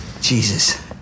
Jesus